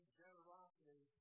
generosity